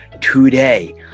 Today